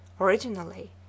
originally